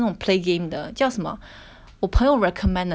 我朋友 recommend 的叫什么 mind game ah 好像是